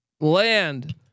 land